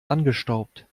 angestaubt